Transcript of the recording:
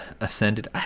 ascended